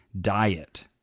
diet